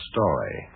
Story